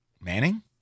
Manning